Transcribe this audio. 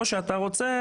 או שאתה רוצה,